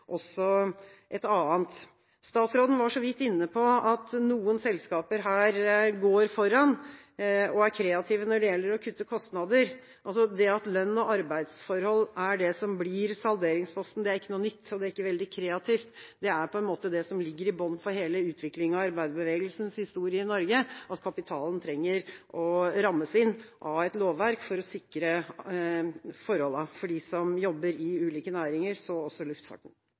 et annet. Statsråden var så vidt inne på at noen selskaper går foran og er kreative når det gjelder å kutte kostnader. At lønn og arbeidsforhold er det som blir salderingsposten, er ikke noe nytt, og det er ikke veldig kreativt. Det er på en måte det som ligger i bånn for hele utviklinga i arbeiderbevegelsens historie i Norge, at kapitalen trenger å rammes inn av et lovverk for å sikre forholdene for dem som jobber i ulike næringer, så også luftfarten.